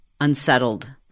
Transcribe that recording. unsettled